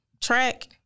track